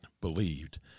believed